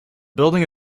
building